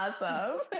awesome